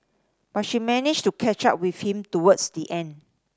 but she managed to catch up with him towards the end